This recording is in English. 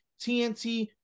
TNT